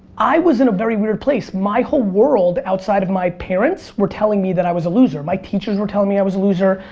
i was in a very weird place. my whole world, outside of my parents, were telling me that i was a loser. my teachers were telling me i was a loser,